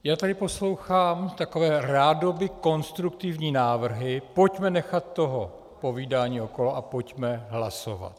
Já tady poslouchám takové rádoby konstruktivní návrhy: pojďme nechat toho povídání okolo a pojďme hlasovat.